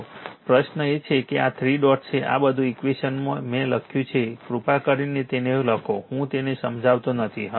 તો પ્રશ્ન એ છે કે આ 3 ડોટ્સ છે આ બધા ઈક્વેશમાં મેં લખ્યું છે કૃપા કરીને તેને લખો હું તે સમજાવતો નથી